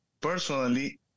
personally